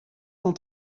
cent